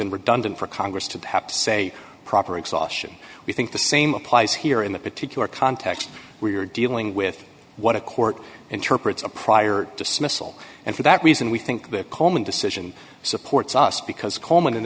been redundant for congress to have to say proper exhaustion we think the same applies here in the particular context we're dealing with what a court interprets a prior dismissal and for that reason we think the coleman decision supports us because coleman in